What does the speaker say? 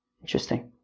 Interesting